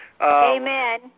Amen